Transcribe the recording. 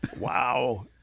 Wow